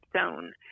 zone